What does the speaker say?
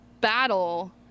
battle